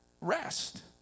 rest